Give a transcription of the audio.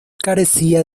carecía